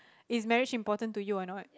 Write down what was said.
is marriage important to you or not